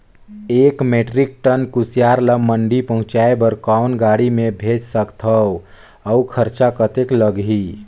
एक metric ton कुसियार ल मंडी पहुंचाय बर कौन गाड़ी मे भेज सकत हव अउ खरचा कतेक लगही?